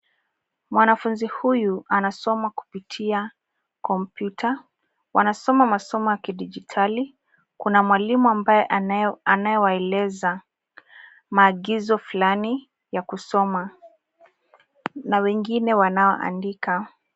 Mwanafunzi huyu anasoma kupitia kompyuta. Wanasoma masomo ya kidijitali. Kuna mwalimu ambaye anayewaeleza maagizo fulani ya kusoma na wengine wanaandika.